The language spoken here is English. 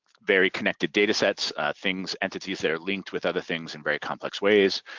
very connected data sets things, entities that are linked with other things in very complex ways,